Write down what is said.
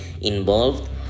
involved